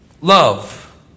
love